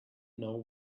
know